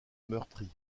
meurtri